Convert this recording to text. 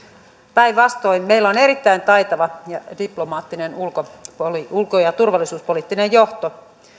päinvastoin meillä on erittäin taitava ja diplomaattinen ulko ja turvallisuuspoliittinen johto